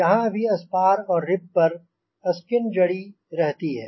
यहाँ भी स्पार और रिब पर स्किन जड़ी रहती है